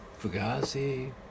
Fugazi